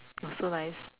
oh so nice